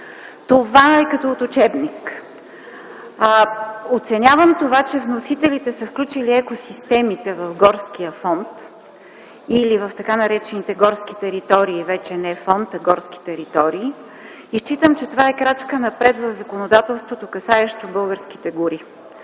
Това е като от учебник. Оценявам това, че вносителите са включили екосистемите в горския фонд или в така наречените горски територии и считам, че това е крачка напред в законодателството, касаещо българските гори.